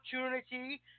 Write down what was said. opportunity